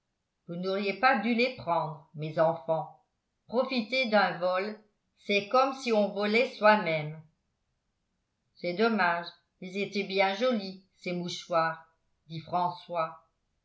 vous n'auriez pas dû les prendre mes enfants profiter d'un vol c'est comme si on volait soi-même c'est dommage il étaient bien jolis ces mouchoirs dit françois